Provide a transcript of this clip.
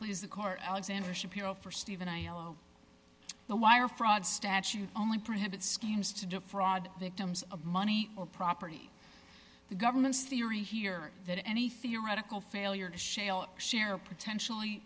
please the court alexander shapiro for stephen aiello the wire fraud statute only prohibits schemes to defraud victims of money or property the government's theory here that any theoretical failure to shell out share potentially